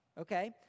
okay